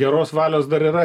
geros valios dar yra